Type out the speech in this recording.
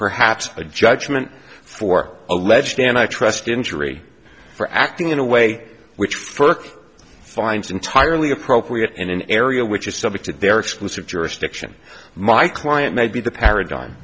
perhaps a judgement for alleged and i trust injury for acting in a way which firk finds entirely appropriate in an area which is subject to their exclusive jurisdiction my client may be the paradigm